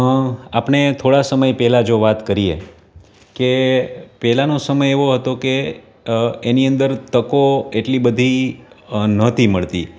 આપણે થોડા સમય પહેલાં જો વાત કરીએ કે પહેલાંનો સમય એવો હતો કે એની અંદર તકો એટલી બધી નહોતી મળતી